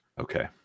Okay